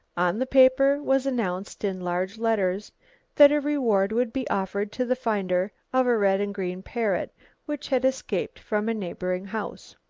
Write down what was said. on the paper was announced in large letters that a reward would be offered to the finder of a red and green parrot which had escaped from a neighbouring house.